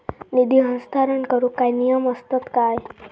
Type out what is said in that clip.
निधी हस्तांतरण करूक काय नियम असतत काय?